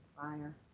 Fire